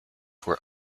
were